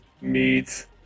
meet